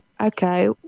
okay